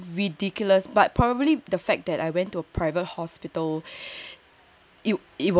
ridiculous but probably the fact that I went to a private hospital